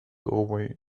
doorway